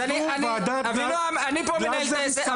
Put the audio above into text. ועדת אנדורן --- אבינעם, אני פה מנהל את העסק.